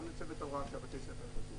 גם לצוות ההוראה של בתי הספר.